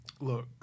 look